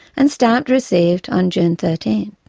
and stamped received on june thirteen.